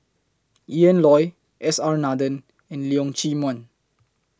Ian Loy S R Nathan and Leong Chee Mun